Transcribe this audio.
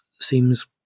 seems